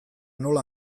nola